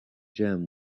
gem